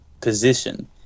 position